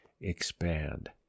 expand